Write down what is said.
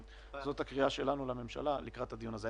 זאת הקריאה שלנו לממשלה לקראת הדיון הזה.